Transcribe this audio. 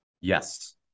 yes